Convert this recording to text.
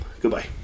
Goodbye